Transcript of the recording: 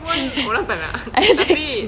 exact~